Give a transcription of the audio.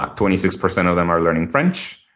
ah twenty-six percent of them are learning french.